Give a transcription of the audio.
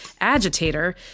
agitator